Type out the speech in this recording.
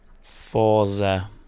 Forza